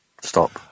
stop